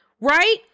right